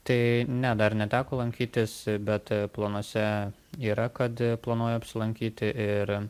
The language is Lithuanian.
tai ne dar neteko lankytis bet planuose yra kad planuoju apsilankyti ir